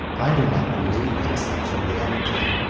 i do not believe in such a reality.